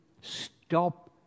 Stop